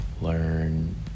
learn